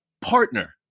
partner